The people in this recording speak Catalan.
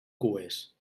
cues